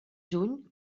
juny